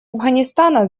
афганистана